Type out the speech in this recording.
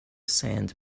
sand